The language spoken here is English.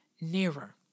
nearer